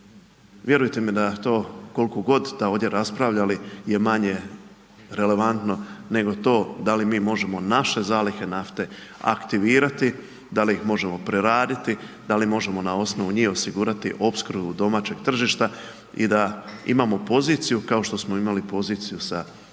vjerujte mi da to koliko god da ovdje raspravljali je manje relevantno nego to da li mi možemo naše zalihe nafte aktivirati, da li ih možemo preraditi, da li možemo na osnovu njih osigurati opskrbu domaćeg tržišta i da imamo poziciju, kao što smo imali poziciju sa hrvatskim